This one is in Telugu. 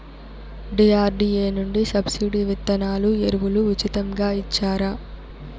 డి.ఆర్.డి.ఎ నుండి సబ్సిడి విత్తనాలు ఎరువులు ఉచితంగా ఇచ్చారా?